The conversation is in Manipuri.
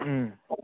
ꯎꯝ